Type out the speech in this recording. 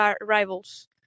rivals